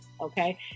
Okay